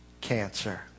cancer